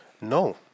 no